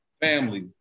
family